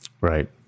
right